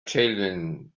children